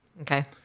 Okay